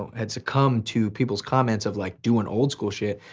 had succumbed to people's comments of like doing old school shit.